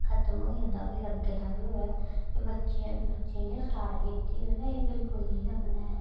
खत्म होई जंदा अगर लग्गे दा बी होऐ ते बच्चें गी गै स्टाट कीती दी होऐ तां एह् बच्चें गी निं लगदा ऐ